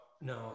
no